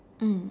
mm